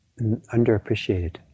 underappreciated